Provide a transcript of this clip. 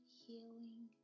healing